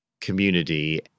community